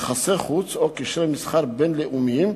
יחסי חוץ או קשרי מסחר בין-לאומיים,